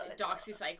doxycycline